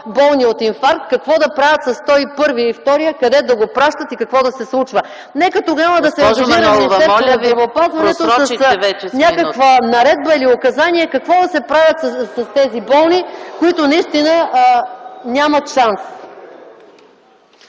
болни от инфаркт, какво да правят със сто и първия, сто и втория, къде да го пращат и какво да се случва? Нека тогава да се ангажира Министерството на здравеопазването с някаква наредба или указание какво да се прави с тези болни, които наистина нямат шанс.